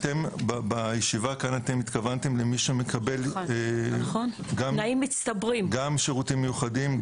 בישיבה כאן אתם התכוונתם למי שמקבל גם שירותים מיוחדים,